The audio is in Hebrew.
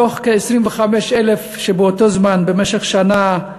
מתוך כ-25,000 שהיו באותו זמן, במשך שנה,